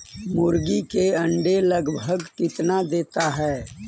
मुर्गी के अंडे लगभग कितना देता है?